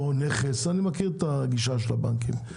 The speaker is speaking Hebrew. או נכס, אני מכיר את הגישה של הבנקים.